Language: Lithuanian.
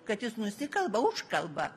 kad jis nusikalba užkalba